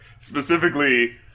specifically